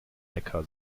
hacker